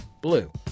Blue